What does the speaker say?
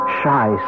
shy